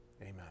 amen